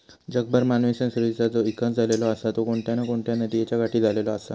जगभर मानवी संस्कृतीचा जो इकास झालेलो आसा तो कोणत्या ना कोणत्या नदीयेच्या काठी झालेलो आसा